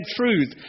truth